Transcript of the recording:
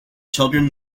children